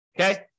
Okay